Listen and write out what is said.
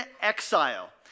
exile